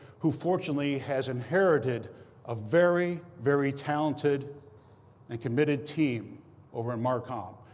who fortunately has inherited a very, very talented and committed team over in marcom.